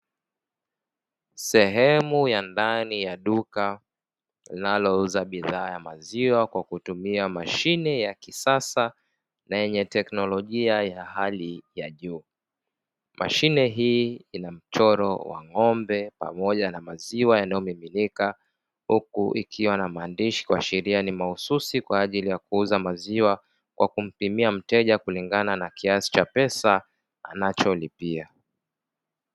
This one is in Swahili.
Sehemu ya ndani ya duka, linalouza bidhaa ya maziwa kwa kutumia mashine ya kisasa yenye teknolojia ya hali ya juu. Mashine hii ina mchoro wa ng'ombe pamoja na maziwa yanayomiminika. Huku ikiwa na maandishi, kuashiria ni mahususi kwa ajili ya kuuza maziwa kwa kumpimia mteja kulingana na kiasi cha pesa anacholipia.